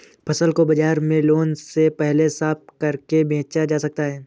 फसल को बाजार में लाने से पहले साफ करके बेचा जा सकता है?